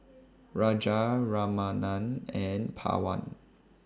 Raja Ramanand and Pawan